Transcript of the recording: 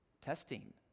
Testing